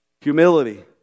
Humility